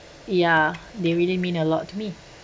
ya they really mean a lot to me